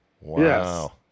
Wow